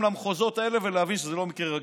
למחוזות האלה ולהבין שזה לא מקרה רגיל.